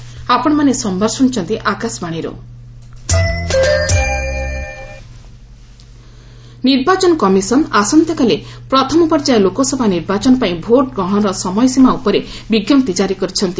EC voting time ନିର୍ବାଚନ commission ଆସନ୍ତାକାଲି ପ୍ରଥମ ପର୍ଯ୍ୟାୟ ଲୋକସଭା ନିର୍ବାଚନ ପାଇଁ ଭୋଟ୍ ଗ୍ରହଣର ସମୟସୀମା ଉପରେ ବିଜ୍ଞପ୍ତି ଜାରି କରିଛନ୍ତି